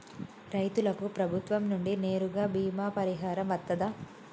రైతులకు ప్రభుత్వం నుండి నేరుగా బీమా పరిహారం వత్తదా?